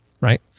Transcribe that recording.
Right